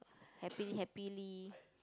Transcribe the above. happily happily